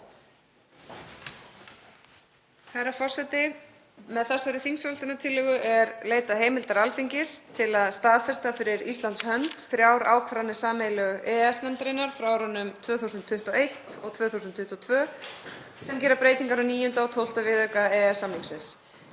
Herra forseti. Með þessari þingsályktunartillögu er leitað heimildar Alþingis til að staðfesta fyrir Íslands hönd þrjár ákvarðanir sameiginlegu EES-nefndarinnar frá árunum 2021 og 2022 sem gera breytingar á 9. og 12. viðauka EES-samningsins.